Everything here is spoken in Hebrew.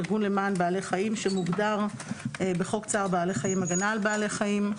ארגון למען בעלי חיים שמוגדר בחוק צער בעלי חיים (הגנה על בעלי חיים).